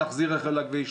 להחזיר רכב לכביש,